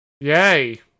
Yay